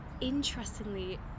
interestingly